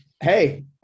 hey